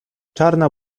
czarna